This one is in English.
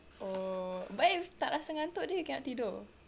oh but if you tak rasa ngantuk then you cannot tidur